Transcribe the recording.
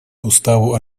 уставу